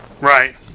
Right